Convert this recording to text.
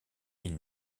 ils